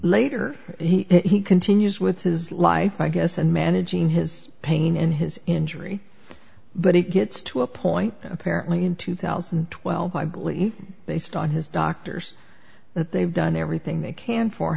later he continues with his life i guess and managing his pain in his injury but it gets to a point apparently in two thousand and twelve i believe based on his doctors that they have done everything they can for